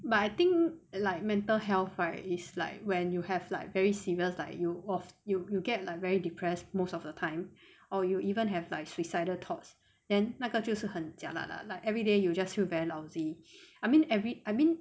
but I think like mental health right is like when you have like very serious like you off you you get like very depressed most of the time or you even have like suicidal thoughts then 那个就是很 jialat lah like everyday you just feel very lousy I mean every I mean